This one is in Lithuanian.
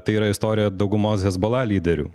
tai yra istorija daugumos hezbola lyderių